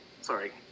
sorry